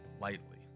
lightly